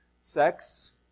Sex